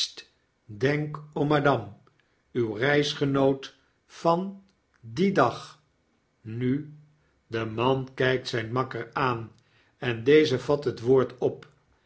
denk om madame uw reisgenoot van dien dag nu r de man kijkt zyn makker aan en deze vat het woord op